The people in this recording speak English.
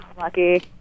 lucky